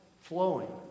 flowing